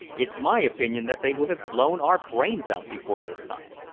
it's my opinion that they would have blown our brains out before this time.